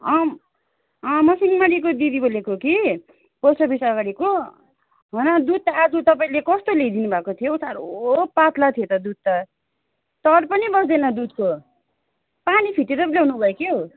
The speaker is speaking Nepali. अँ अँ सिंहमारीको दिदी बोलेको कि पोस्ट अफिस अगाडिको होइन दुध आज तपाईँले कस्तो ल्याइदिनु भएको थियो साह्रो पातला थियो त दुध त तर पनि बस्दैन दुधको पानी फिटेर पो ल्याउनुभयो क्या हो